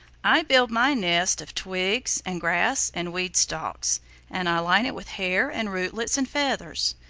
i build my nest of twigs and grass and weed-stalks and i line it with hair and rootlets and feathers.